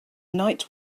night